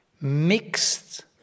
mixed